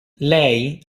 lei